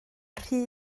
rhy